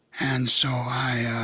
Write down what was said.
and so i yeah